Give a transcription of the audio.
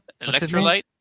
electrolyte